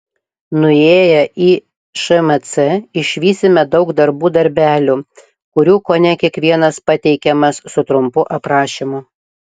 nuėję į šmc išvysime daug darbų darbelių kurių kone kiekvienas pateikiamas su trumpu aprašymu